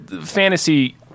fantasy